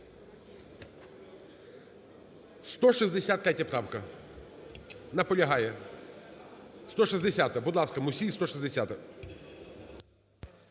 163 правка. Наполягає. 160-а. Будь ласка, Мусій, 160-а.